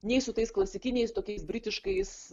nei su tais klasikiniais tokiais britiškais